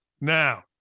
Now